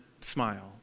smile